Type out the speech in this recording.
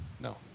No